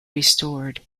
restored